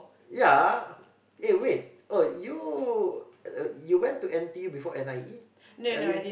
ya eh wait oh you you went to N_T_U before N_I_E are you